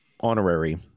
honorary